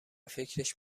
فکرش